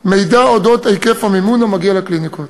מידע על היקף המימון המגיע לקליניקה.